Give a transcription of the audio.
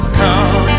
come